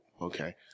Okay